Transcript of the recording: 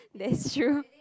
that's true